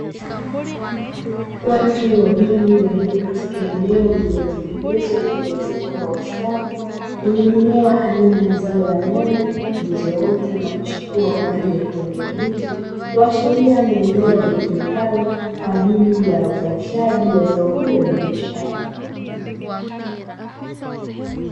Watu wawili waliokatika eneo lililotengenezwa na kuezekwa kwa ustadi, lenye mimea aina ya zao la nyanya, zilizoota na kuchipua kwa rangi ya kijani kibichi, kuashiria ni eneo litumikalo kwaajili ya uzalishaji wa zao hilo la biashara.